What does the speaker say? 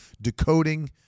decoding